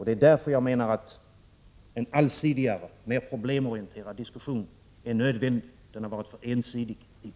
Det är därför som jag menar att en allsidigare och mer problemorienterad diskussion är nödvändig. Diskussionen har varit för ensidig hittills.